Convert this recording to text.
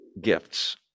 gifts